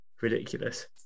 ridiculous